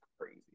crazy